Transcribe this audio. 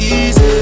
easy